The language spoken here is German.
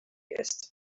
ist